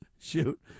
shoot